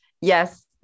yes